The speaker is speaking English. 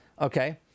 Okay